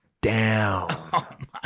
down